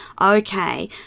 okay